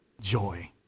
joy